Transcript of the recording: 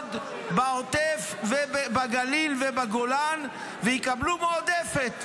לעבוד בעוטף, בגליל ובגולן ויקבלו מועדפת,